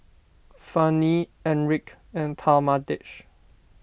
Fannye Enrique and Talmadge